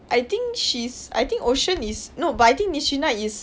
I think she's I think ocean is no but I think nishreena is